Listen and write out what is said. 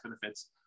benefits